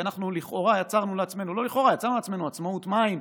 כי אנחנו יצרנו לעצמנו עצמאות מים,